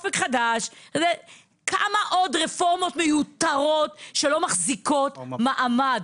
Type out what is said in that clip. אופק חדש כמה עוד רפורמות מיותרות שלא מחזיקות מעמד?